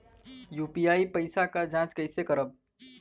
UPI के पैसा क जांच कइसे करब?